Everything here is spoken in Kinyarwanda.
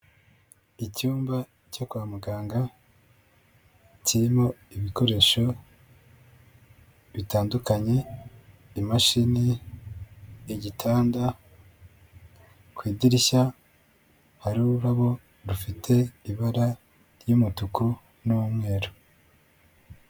Icyumba cyo kwa muganga kirimo ibikoresho bitandukanye imashini, igitanda, ku idirishya hariho ururabo rufite ibara ry'umutuku n'umweru.